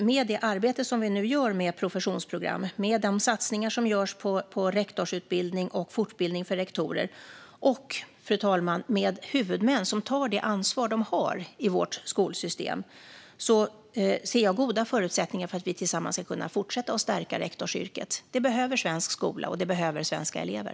Med det arbete som vi nu gör med professionsprogram, satsningar på rektorsutbildning och fortbildning för rektorer och huvudmän som tar det ansvar som de har i vårt skolsystem ser jag goda förutsättningar för att vi tillsammans ska kunna fortsätta att stärka rektorsyrket. Det behöver svensk skola, och det behöver svenska elever.